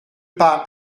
part